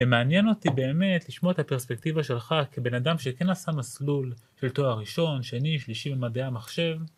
ומעניין אותי באמת לשמוע את הפרספקטיבה שלך כבן אדם שכן עשה מסלול של תואר ראשון, שני, שלישי במדעי המחשב